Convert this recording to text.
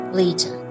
later